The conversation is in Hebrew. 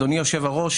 אדוני היושב-ראש,